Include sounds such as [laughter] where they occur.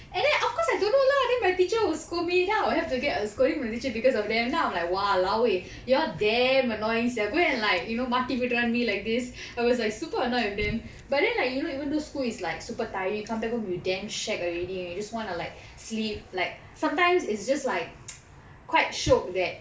and then of course I don't know lah then my teacher will scold me then I will have to get a scolding from the teacher because of them then I'm like !walao! eh you all damn annoying sia go and like you know மாட்டி விடுறான்:matti viduran me like this I was like super annoyed with them but then like you know even though school is like super tiring come back home will be damn shag and everything you just want to like sleep like sometimes it's just like [noise] quite shiok that